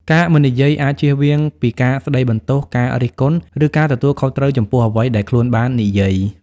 ការមិននិយាយអាចជៀសវាងពីការស្តីបន្ទោស ការរិះគន់ ឬការទទួលខុសត្រូវចំពោះអ្វីដែលខ្លួនបាននិយាយ។